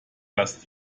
dass